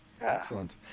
Excellent